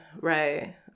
Right